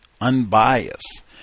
unbiased